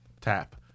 tap